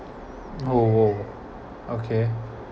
oh okay